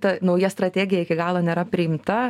ta nauja strategija iki galo nėra priimta